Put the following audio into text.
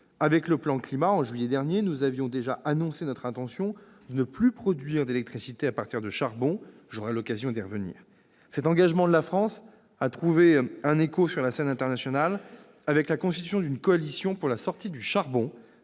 du plan Climat, en juillet dernier, nous avions déjà annoncé notre intention de ne plus produire d'électricité à partir de charbon- j'aurai l'occasion d'y revenir. Cet engagement de la France a trouvé un écho sur la scène internationale avec la constitution d'une coalition pour la sortie du charbon,